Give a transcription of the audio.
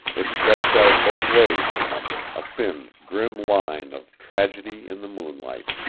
it stretched out both ways from them, a thin, grim line of tragedy in the moonlight,